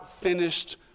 finished